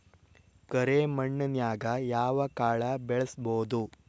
ಕರೆ ಮಣ್ಣನ್ಯಾಗ್ ಯಾವ ಕಾಳ ಬೆಳ್ಸಬೋದು?